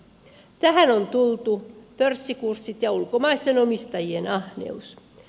tähän on tultu pörssikurssit ja ulkomaisten omistajien ah neus